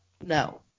No